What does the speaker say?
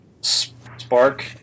Spark